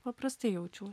paprastai jaučiuos